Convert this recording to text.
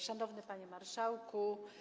Szanowny Panie Marszałku!